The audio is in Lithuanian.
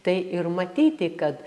tai ir matyti kad